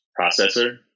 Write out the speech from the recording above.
processor